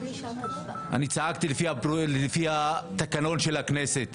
אני צעקתי לפי התקנון של הכנסת,